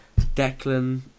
Declan